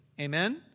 amen